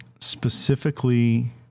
specifically